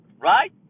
right